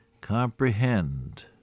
Comprehend